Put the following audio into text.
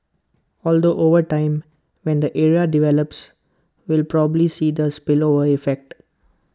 although over time when the area develops we will probably see the spillover effect